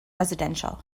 residential